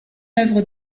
œuvre